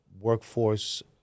workforce